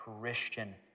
Christian